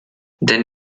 denn